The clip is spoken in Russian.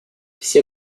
все